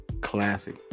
classic